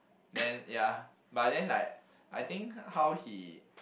then ya but then like I think how he